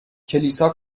کلیسا